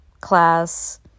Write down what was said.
class